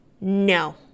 No